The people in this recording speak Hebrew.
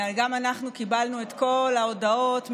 גם אנחנו קיבלנו את כל ההודעות מההורים,